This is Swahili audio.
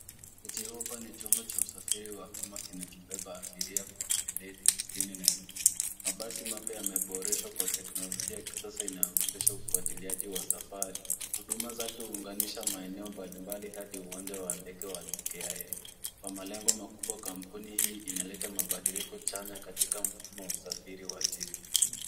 Citi Hoppa ni chombo cha usafiri wa umma kinachobeba abiria kwa ueledi jijini Nairobi. Mabasi mapya yameboreshwa kwa teknolojia ya kisasa inayowezesha ufwatiliaji wa safari. Huduma zake huunganisha maeneo mbali mbali hadi uwanja wa ndege wa JKIA. Kwa malengo makubwa kampuni hii inaleta mabadiliko chanya katika mfumo wa usafiri wa jiji.